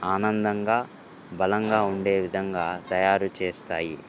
ఆనందంగా బలంగా ఉండే విధంగా తయారు చేస్తాయి